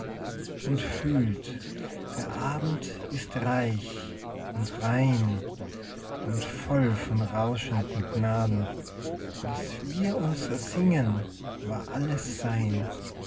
und fühlt der abend ist reich und rein und voll von rauschenden gnaden was wir uns ersingen war alles sein